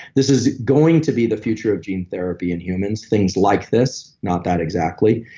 this is going to be the future of gene therapy in humans, things like this. not that exactly,